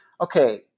okay